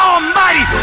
Almighty